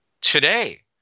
today